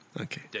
Okay